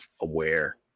aware